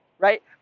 right